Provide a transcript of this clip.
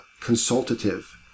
consultative